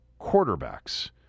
quarterbacks